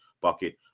bucket